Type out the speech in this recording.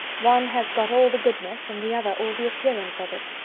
one has got all the goodness, and the other all the appearance of it.